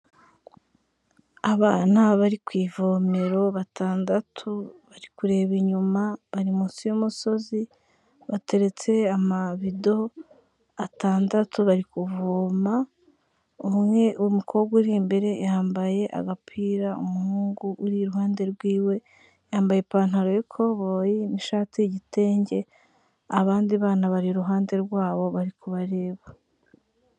Abana bari ku ivomero batandatu, bari kureba inyuma, bari munsi y'umusozi, bateretse amabido atandatu, bari kuvoma, umwe w'umukobwa uri imbere yambaye agapira, umuhungu uri iruhande rwiwe yambaye ipantaro y'ikoboyi n'ishati y'igitenge; abandi bana bari iruhande rwabo bari kubareba.